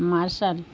martial